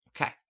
Okay